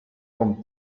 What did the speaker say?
con